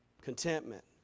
contentment